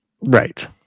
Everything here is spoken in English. Right